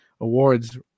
awards